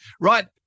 Right